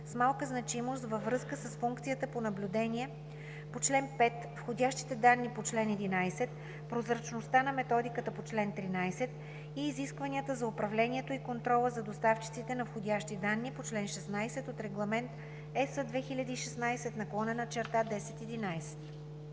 с малка значимост във връзка с функцията по наблюдение по чл. 5, входящите данни по чл. 11, прозрачността на методиката по чл. 13 и изискванията за управлението и контрола за доставчиците на входящи данни по чл. 16 от Регламент (ЕС) 2016/1011.